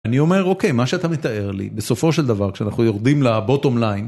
אני אומר, אוקיי, מה שאתה מתאר לי, בסופו של דבר, כשאנחנו יורדים ל-bottom line...